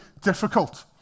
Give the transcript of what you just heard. difficult